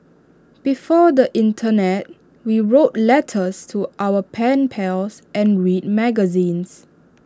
before the Internet we wrote letters to our pen pals and read magazines